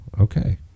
Okay